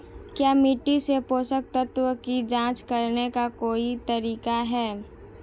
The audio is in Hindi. क्या मिट्टी से पोषक तत्व की जांच करने का कोई तरीका है?